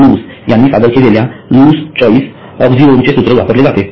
loose यांनी सादर केलेल्या लुस चॉईस अक्सिओम चे सूत्र वापरले जाते